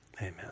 amen